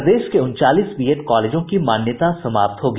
प्रदेश के उनचालीस बीएड कॉलेजों की मान्यता समाप्त होगी